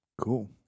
Cool